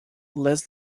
less